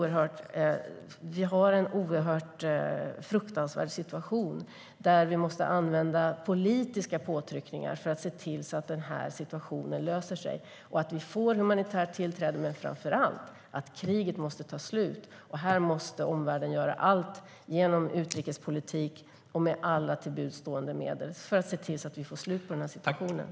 Situationen är alltså fruktansvärd. Vi måste använda politiska påtryckningar för att se till att det hela löser sig och för att se till att humanitär hjälp får tillträde. Framför allt måste kriget ta slut. Omvärlden måste genom utrikespolitik och genom alla till buds stående medel göra allt för att få slut på lidandet.